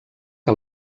que